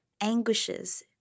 anguishes